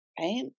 Right